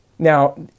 Now